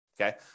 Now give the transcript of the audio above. okay